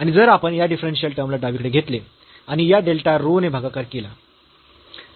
आणि जर आपण या डिफरन्शियल टर्म ला डावीकडे घेतले आणि या डेल्टा रो ने भागाकार केला